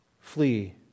flee